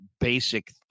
basic